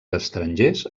estrangers